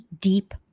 deep